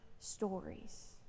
stories